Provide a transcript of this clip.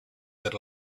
that